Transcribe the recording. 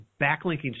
backlinking